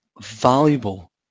valuable